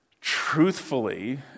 truthfully